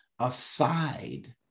aside